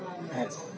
ಆಯ್ತು